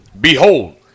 Behold